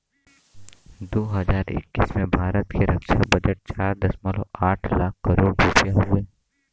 दू हज़ार इक्कीस में भारत के रक्छा बजट चार दशमलव आठ लाख करोड़ रुपिया हउवे